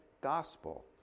gospel